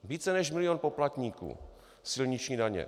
Více než milion poplatníků silniční daně!